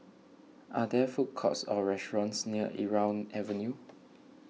are there food courts or restaurants near Irau Avenue